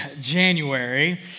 January